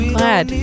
Glad